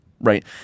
Right